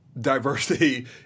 diversity